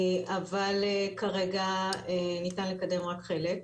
אבל כרגע ניתן לקדם רק חלק.